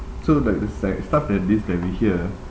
so like this like stuff like this that we hear